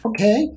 Okay